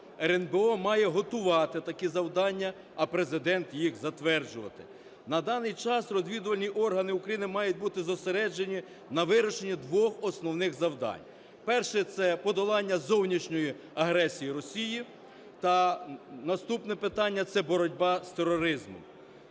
РНБО має готувати такі завдання, а Президент їх затверджувати. На даний час розвідувальні органи України мають бути зосереджені на вирішенні двох основних завдань. Перше – це подолання зовнішньої агресії Росії. Та наступне питання – це боротьба з тероризмом.